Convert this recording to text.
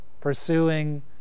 pursuing